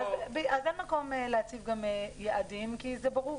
אז אין מקום להציב גם יעדים כי זה ברור,